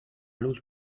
luz